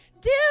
dude